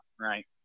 right